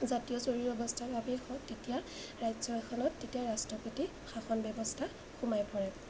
জাতীয় জৰুৰী অৱস্থাৰ বাবেই হওক তেতিয়া ৰাজ্য এখনত তেতিয়া ৰাষ্ট্ৰপতি শাসন ব্যৱস্থা সোমাই পৰে